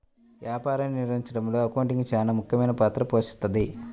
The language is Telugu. వ్యాపారాన్ని నిర్వహించడంలో అకౌంటింగ్ చానా ముఖ్యమైన పాత్ర పోషిస్తది